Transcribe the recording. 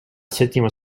settima